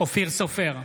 אופיר סופר,